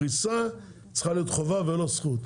שהפריסה צריכה להיות חובה ולא זכות.